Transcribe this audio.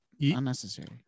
Unnecessary